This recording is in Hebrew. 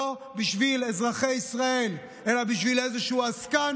לא בשביל אזרחי ישראל אלא בשביל איזשהו עסקן